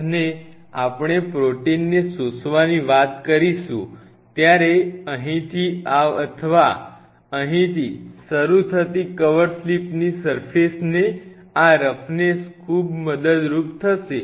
અને આપણે પ્રોટીનને શોષવાની વાત કરીશું ત્યારે અહીંથી અથવા અહીંથી શરૂ થતી કવર સ્લિપની સર્ફેસની આ રફનેશ ખૂબ મદદરૂપ થશે કે